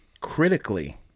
critically